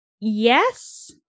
Yes